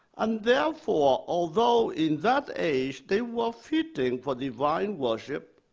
and therefore, although in that age they were fitting for divine worship,